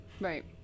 Right